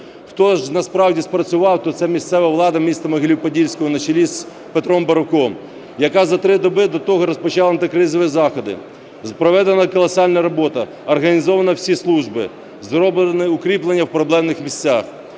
Хто ж насправді спрацював, то це місцева влада міста Могилів-Подільського на чолі з Петром Баруком, яка за три доби до того розпочала антикризові заходи, проведена колосальна робота, організовано всі служби, зроблене укріплення в проблемних місцях.